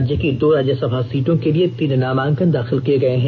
राज्य की दो राज्यसभा सीटों के लिए तीन नामांकन दाखिल किये गए हैं